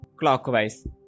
clockwise